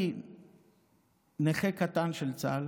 אני נכה קטן של צה"ל,